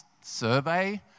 survey